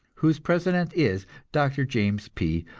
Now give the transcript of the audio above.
whose president is dr. james p.